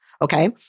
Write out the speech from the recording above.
Okay